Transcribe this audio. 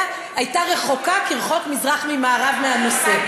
הייתה רחוקה כרחוק מזרח ממערב מהנושא.